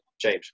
James